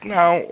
now